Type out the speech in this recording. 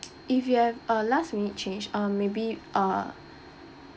if you have uh last minute change um maybe uh